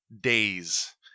days